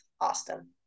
Austin